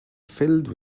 filled